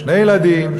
שני ילדים,